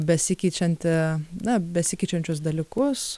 besikeičiantį na besikeičiančius dalykus